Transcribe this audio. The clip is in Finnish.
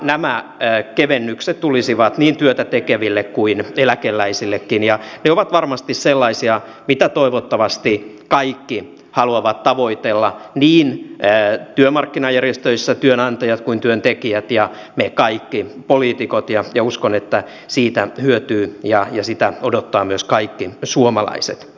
nämä kevennykset tulisivat niin työtä tekeville kuin eläkeläisillekin ja ne ovat varmasti sellaisia mitä toivottavasti kaikki haluavat tavoitella niin työmarkkinajärjestöissä työnantajat kuin työntekijät ja me kaikki poliitikot ja uskon että niistä hyötyvät ja niitä odottavat myös kaikki suomalaiset